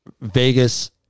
Vegas